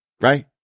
Right